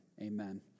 Amen